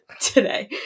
today